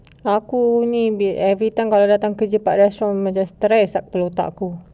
aku ni every time kalau datang kerja pak restaurant macam stress tak perlu aku